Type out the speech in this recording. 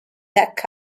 tech